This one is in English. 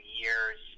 years